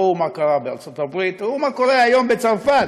ראו מה קרה בארצות-הברית, ראו מה קורה היום בצרפת,